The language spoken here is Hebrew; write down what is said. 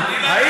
שכמוך.